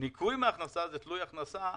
ניכוי מהכנסה זה תלוי הכנסה,